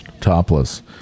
Topless